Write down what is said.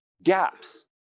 Gaps